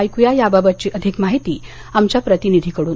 ऐक्या याबाबतची अधिक माहिती आमच्या प्रतिनिधी कडून